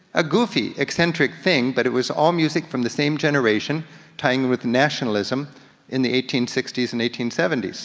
a goofy, eccentric thing, thing, but it was all music from the same generation tying with nationalism in the eighteen sixty s and eighteen seventy s.